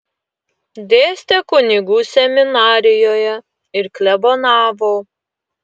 dėstė kunigų seminarijoje ir klebonavo